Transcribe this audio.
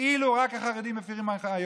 כאילו רק החרדים מפירים הנחיות,